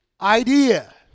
idea